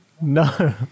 No